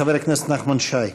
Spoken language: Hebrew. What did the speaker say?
חבר הכנסת נחמן שי.